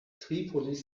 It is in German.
tripolis